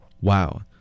Wow